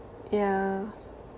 yeah